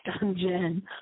dungeon